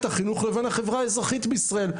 החינוך לבין החברה האזרחית בישראל.